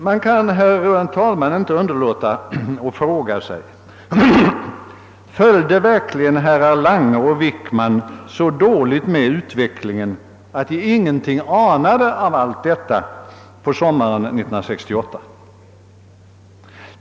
Man kan, herr talman, inte underlåta att fråga sig om herrar Lange och Wickman verkligen följde så dåligt med utvecklingen att de under sommaren 1968 ingenting anade av allt detta.